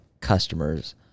customers